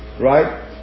right